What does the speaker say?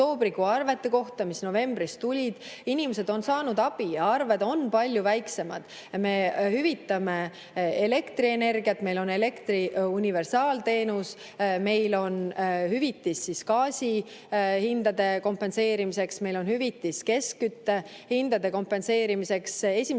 arvete kohta, mis novembris tulid, inimesed on saanud abi ja arved on palju väiksemad. Me hüvitame elektrienergiat, meil on elektri universaalteenus. Meil on hüvitis gaasi hindade kompenseerimiseks, meil on hüvitis keskkütte hindade kompenseerimiseks.